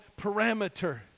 parameter